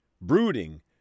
brooding